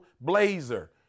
blazer